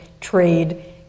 trade